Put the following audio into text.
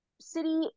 city